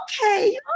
okay